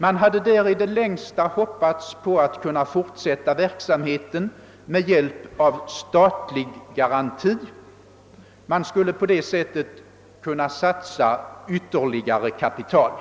Man hade i det längsta hoppats på att kunna fortsätta verksamheten med hjälp av statlig garanti; man skulle på det sättet har kunnat satsa ytterligare kapital.